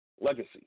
legacy